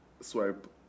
swipe